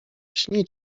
śni